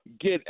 get